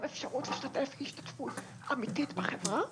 אפשרות להשתתף השתתפות אמיתית בחברה.